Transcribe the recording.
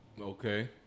Okay